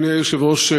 אדוני היושב-ראש,